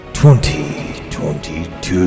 2022